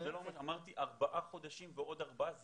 אמרתי ארבעה חודשים ועוד ארבעה חודשים